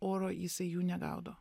oro jisai jų negaudo